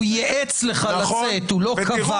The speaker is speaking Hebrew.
הוא ייעץ לך לצאת, הוא לא קבע.